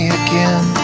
again